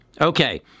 Okay